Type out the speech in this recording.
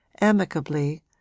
amicably